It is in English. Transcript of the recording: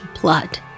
blood